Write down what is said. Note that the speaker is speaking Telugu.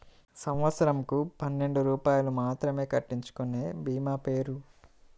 సంవత్సరంకు పన్నెండు రూపాయలు మాత్రమే కట్టించుకొనే భీమా పేరు?